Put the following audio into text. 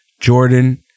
Jordan